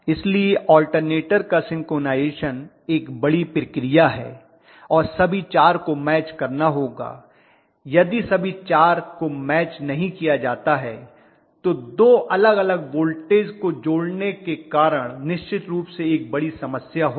इसलिए अल्टरनेटर का सिंक्रोनाइज़ेशन एक बड़ी प्रक्रिया है और सभी 4 को मैच करना होगा यदि सभी 4 को मैच नहीं किया जाता है तो दो अलग अलग वोल्टेज को जोड़ने के कारण निश्चित रूप से एक बड़ी समस्या होगी